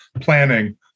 planning